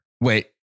Wait